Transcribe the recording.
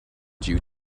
due